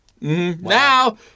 Now